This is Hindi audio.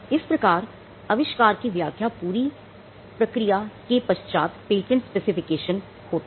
इस प्रकार अविष्कार की व्याख्या करने की पूरी प्रक्रिया के पश्चात पेटेंट स्पेसिफिकेशन होता है